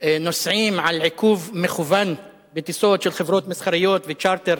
נוסעים על עיכוב מכוון בטיסות של חברות מסחריות וצ'רטר,